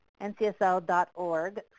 ncsl.org